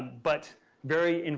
but very,